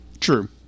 True